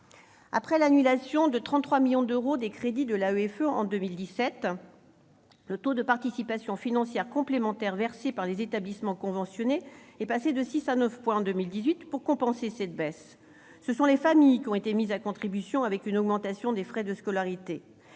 Après l'annulation de 33 millions d'euros des crédits de l'AEFE en 2017, le taux de participation financière complémentaire versée par les établissements conventionnés est passé de 6 points à 9 points en 2018 pour compenser cette baisse. Ce sont les familles qui ont été mises à contribution, avec une augmentation des frais de scolarité.